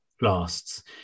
lasts